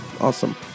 Awesome